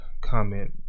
comment